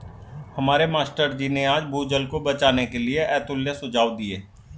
हमारे मास्टर जी ने आज भूजल को बचाने के लिए अतुल्य सुझाव दिए